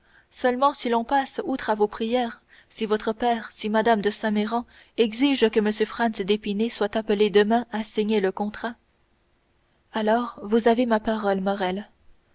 seulement si l'on passe outre à vos prières si votre père si mme de saint méran exigent que m franz d'épinay soit appelé demain à signer le contrat alors vous avez ma parole morrel